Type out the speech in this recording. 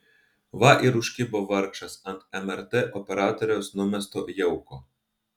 va ir užkibo vargšas ant mrt operatoriaus numesto jauko